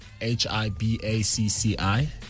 H-I-B-A-C-C-I